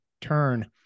turn